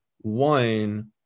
one